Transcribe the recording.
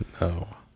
No